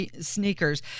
sneakers